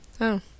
Oh